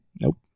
Nope